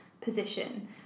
position